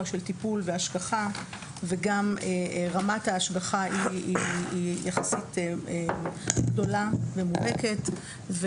של טיפול והשגחה וגם רמת ההשגחה היא יחסית גדולה ומובהקת.